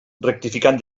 rectificant